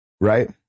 Right